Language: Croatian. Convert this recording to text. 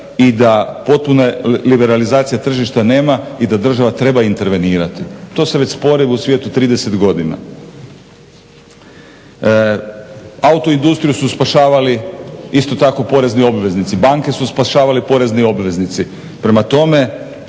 i da potpune liberalizacije tržišta nema i da država treba intervenirati, to se već spori u svijetu 30 godina. Autoindustriju su spašavali isto tako porezni obveznici, banke su spašavali porezni obveznici. Prema tome